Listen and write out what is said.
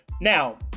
now